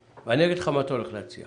ואני אגיד לך מה אתה הולך להציע.